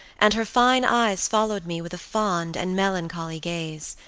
and her fine eyes followed me with a fond and melancholy gaze,